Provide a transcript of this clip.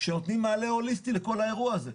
שנותנים מענה הוליסטי לכל האירוע הזה.